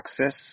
access